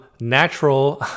natural